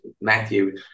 Matthew